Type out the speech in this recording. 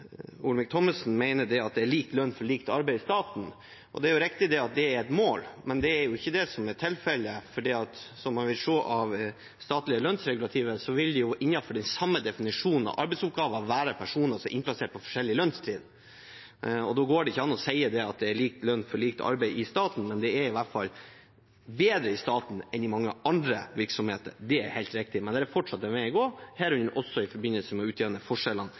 Olemic Thommessen mener at det er lik lønn for likt arbeid i staten. Det er riktig at det er et mål, men det er ikke det som er tilfellet, for som man vil se av det statlige lønnsregulativet, vil det innenfor den samme definisjon av arbeidsoppgaver være personer som er innplassert på forskjellige lønnstrinn. Da går det ikke an å si at det er lik lønn for likt arbeid i staten, men det er i hvert fall bedre i staten enn i mange andre virksomheter, det er helt riktig. Men det er fortsatt en vei å gå, herunder også i forbindelse med å utjevne forskjellene